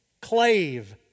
Clave